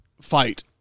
fight